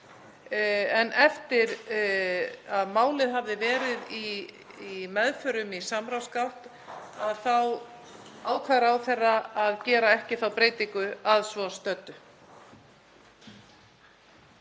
En eftir að málið hafði verið í meðförum í samráðsgátt þá ákvað ráðherra að gera ekki þá breytingu að svo stöddu.